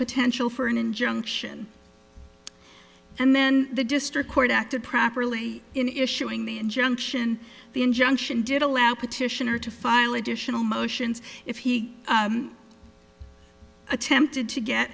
potential for an injunction and then the district court acted properly in issuing the injunction the injunction did allow petitioner to file additional motions if he attempted to get